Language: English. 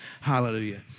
Hallelujah